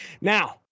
Now